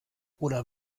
oder